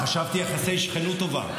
חשבתי, יחסי שכנות טובה.